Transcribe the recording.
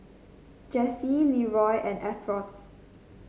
Jessye Leeroy and Alfonse